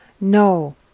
No